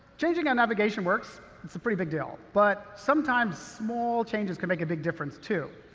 changing how navigation works it's a pretty big deal. but sometimes small changes can make a big difference, too.